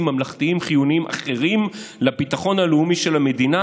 ממלכתיים חיוניים אחרים לביטחון הלאומי של המדינה,